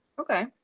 Okay